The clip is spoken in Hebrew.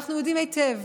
ואנחנו יודעים היטב